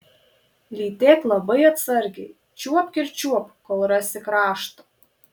lytėk labai atsargiai čiuopk ir čiuopk kol rasi kraštą